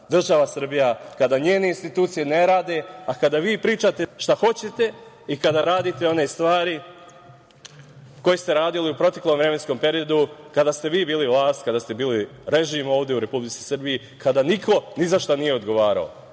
država Srbija, kada njene institucije ne rade, a kada vi pričate šta hoćete i kada radite one stvari koje ste radili u proteklom vremenskom periodu kada ste vi bili vlast, kada ste bili režim ovde u Republici Srbiji, kada niko ni za šta nije odgovarao. Država